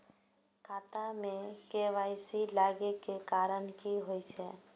खाता मे के.वाई.सी लागै के कारण की होय छै?